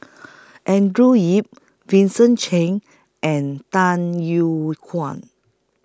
Andrew Yip Vincent Cheng and Dan Yew Kuan